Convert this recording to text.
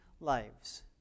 lives